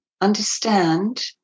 understand